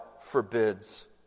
forbids